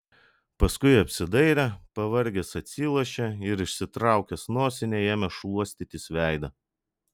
paskui apsidairė pavargęs atsilošė ir išsitraukęs nosinę ėmė šluostytis veidą